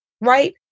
right